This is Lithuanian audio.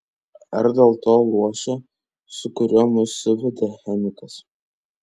ar dėl to luošio su kuriuo mus suvedė chemikas